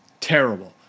Terrible